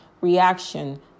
reaction